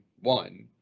one